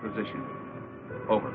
position over